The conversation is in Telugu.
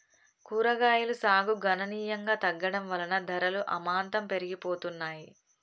కూరగాయలు సాగు గణనీయంగా తగ్గడం వలన ధరలు అమాంతం పెరిగిపోతున్నాయి